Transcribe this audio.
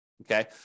okay